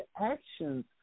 actions